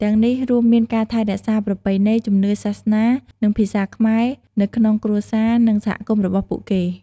ទាំងនេះរួមមានការថែរក្សាប្រពៃណី ជំនឿ សាសនា និងភាសាខ្មែរនៅក្នុងគ្រួសារ និងសហគមន៍របស់ពួកគេ។